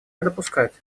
допускать